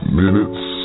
minutes